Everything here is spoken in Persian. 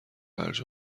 هرج